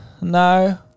No